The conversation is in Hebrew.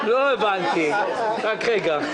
רבותיי,